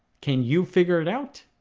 can you figure it out?